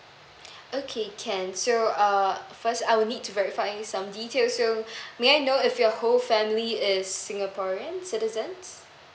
okay can so uh first I would need to verify some details so may I know if your whole family is singaporean citizens